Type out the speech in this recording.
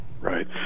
Right